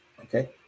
okay